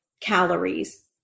calories